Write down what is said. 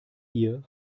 hier